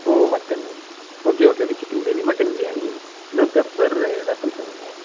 ஓ mutton okay okay chicken gravy mutton biryani இன்னும் pepper rasam சொன்னீங்க